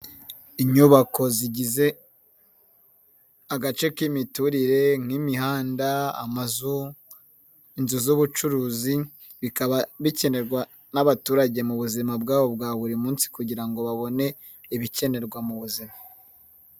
Inyubako zigize agace k'imiturire nk'imihanda, amazu, inzu z'ubucuruzi, bikaba bikenerwa n'abaturage mu buzima bwabo bwa buri munsi kugira ngo babone ibikenerwa mu buzima.